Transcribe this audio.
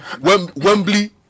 Wembley